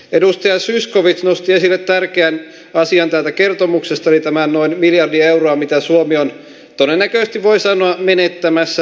edustaja zyskowicz nosti esille tärkeän asian kertomuksesta eli tämän noin miljardi euroa minkä suomi on todennäköisesti voi sanoa menettämässä